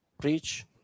Preach